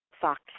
Fox